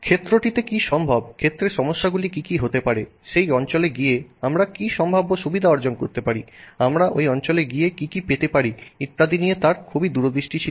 ক্ষেত্রটিতে কী সম্ভব ক্ষেত্রের সমস্যাগুলি কী হতে পারে সেই অঞ্চলে গিয়ে আমরা কী সম্ভাব্য সুবিধা অর্জন করতে পারি আমরা ওই অঞ্চলে গিয়ে কী পেতে পারি ইত্যাদি নিয়ে তার খুব দূরদৃষ্টি ছিল